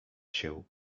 się